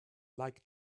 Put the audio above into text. like